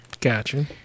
Gotcha